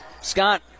Scott